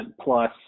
plus